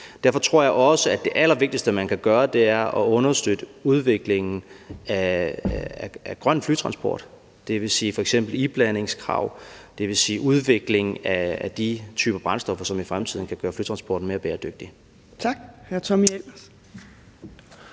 Derfor tror jeg også, at det allervigtigste, man kan gøre, er at understøtte udviklingen af grøn flytransport, dvs. f.eks. iblandingskrav, dvs. udvikling af de typer brændstoffer, som i fremtiden kan gøre flytransporten mere bæredygtig. Kl.